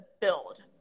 build